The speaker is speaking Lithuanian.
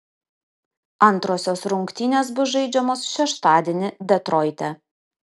antrosios rungtynės bus žaidžiamos šeštadienį detroite